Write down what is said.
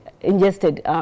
ingested